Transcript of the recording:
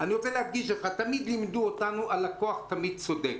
תמיד לימדו אותנו שהלקוח תמיד צודק.